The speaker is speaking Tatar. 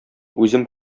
үзем